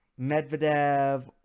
Medvedev